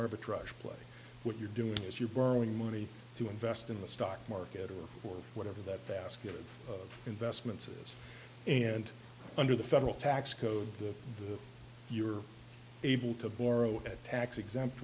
arbitrage play what you're doing is you're borrowing money to invest in the stock market or whatever that basket of investments is and under the federal tax code that you're able to borrow at tax exempt